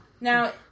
Now